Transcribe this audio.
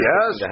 Yes